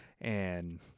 And-